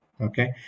okay